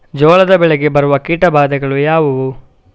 ಜೋಳದ ಬೆಳೆಗೆ ಬರುವ ಕೀಟಬಾಧೆಗಳು ಯಾವುವು?